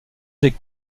des